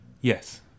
Yes